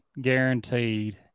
guaranteed